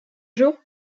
jours